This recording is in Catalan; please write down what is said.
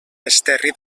esterri